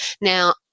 Now